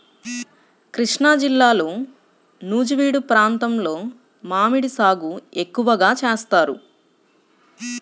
కృష్ణాజిల్లాలో నూజివీడు ప్రాంతంలో మామిడి సాగు ఎక్కువగా చేస్తారు